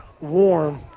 warm